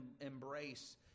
embrace